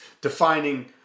defining